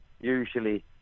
usually